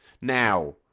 Now